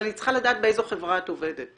אבל אני צריכה לדעת באיזו חברה את עובדת.